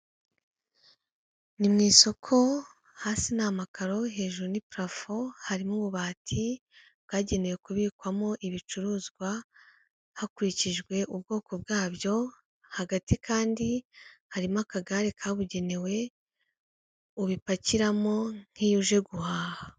Ni mu isoko hasi ni amakaro hejuru ni purafo, harimo ububati bwagenewe kubikwamo ibicuruzwa hakurikijwe ubwoko bwabyo, hagati kandi harimo akagare kabugenewe, ubipakiramo nk'iyo uje guhaha.